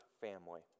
family